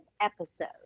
episode